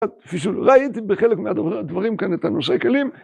כפי שראיתם בחלק מהדברים כאן את הנושאי כלים